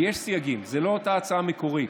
יש סייגים, זאת לא אותה הצעה מקורית.